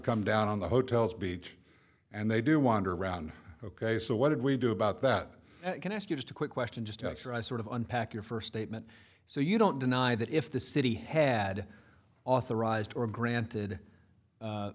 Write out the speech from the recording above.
come down on the hotel's beach and they do wander around ok so what did we do about that can i ask you just a quick question just after i sort of unpack your first statement so you don't deny that if the city had authorized or granted